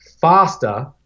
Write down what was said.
faster